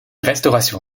restauration